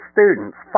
Students